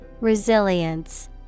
Resilience